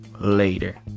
later